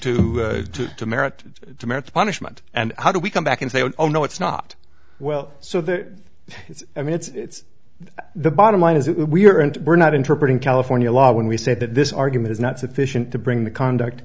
merits punishment and how do we come back and say oh no it's not well so that i mean it's the bottom line is it we are and we're not interpreting california law when we say that this argument is not sufficient bring the conduct